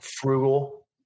frugal